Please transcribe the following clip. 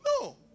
No